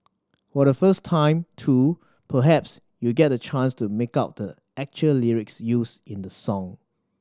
for the first time too perhaps you'll get the chance to make out the actual lyrics used in the song